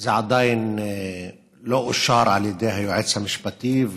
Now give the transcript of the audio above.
זה עדיין לא אושר על ידי היועץ המשפטי,